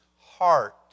heart